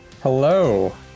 Hello